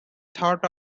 thought